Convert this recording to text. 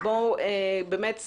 אנחנו